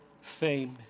fame